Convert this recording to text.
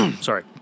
Sorry